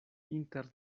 inter